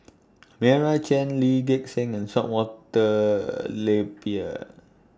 Meira Chand Lee Gek Seng and Some Walter Napier